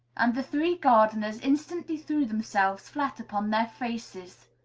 and the three gardeners instantly threw themselves flat upon their faces.